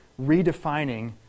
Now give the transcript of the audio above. redefining